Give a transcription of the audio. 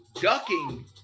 ducking